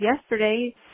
yesterday